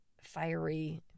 fiery